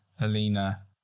Alina